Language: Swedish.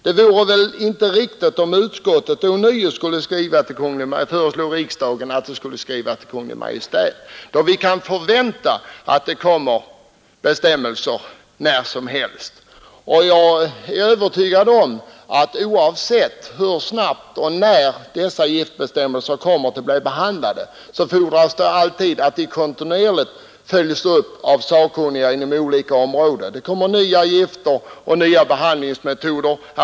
Det vore väl inte riktigt, om utskottet ånyo skulle föreslå riksdagen att skriva till Kungl. Maj:t, då vi kan förvänta att nya bestämmelser kommer när som helst. Oavsett hur snabbt dessa giftbestämmelser kommer, fordras det alltid att de kontinuerligt följs upp av sakkunniga inom olika områden, eftersom det ständigt kommer nya gifter och nya behandlingsmetoder.